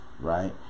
right